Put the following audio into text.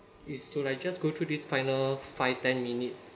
is to like just go through this final five ten minute